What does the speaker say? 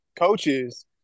coaches